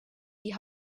die